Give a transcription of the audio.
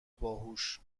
باهوش